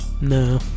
no